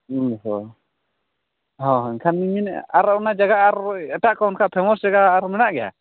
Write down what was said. ᱚ ᱦᱚᱸ ᱦᱚᱸ ᱮᱱᱠᱷᱟᱱᱤᱧ ᱢᱮᱱᱮᱫᱼᱟ ᱟᱨ ᱚᱱᱟ ᱡᱟᱜᱟ ᱟᱨ ᱮᱴᱟᱜ ᱠᱚ ᱚᱱᱠᱟ ᱯᱷᱮᱹᱢᱟᱥ ᱡᱟᱜᱟ ᱟᱨᱦᱚᱸ ᱢᱮᱱᱟᱜ ᱜᱮᱭᱟ